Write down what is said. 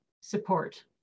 support